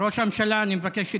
ראש הממשלה, אני מבקש שתשב.